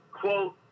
quote